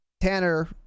Tanner